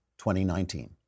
2019